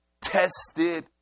tested